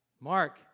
Mark